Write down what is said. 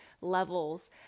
levels